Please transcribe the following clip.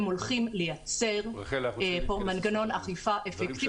הם הולכים לייצר פה מנגנון אכיפה אפקטיבי